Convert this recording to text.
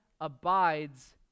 abides